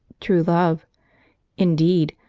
true love indeed!